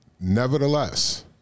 nevertheless